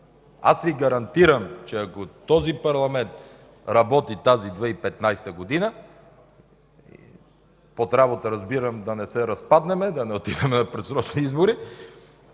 Аз Ви гарантирам, че ако този парламент работи 2015 г. – под работа разбирам да не се разпаднем, да не отидем на предсрочни избори,